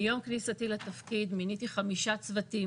מיום כניסתי לתפקיד מיניתי חמישה צוותים